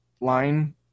line